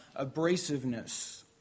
abrasiveness